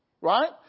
right